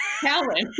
talent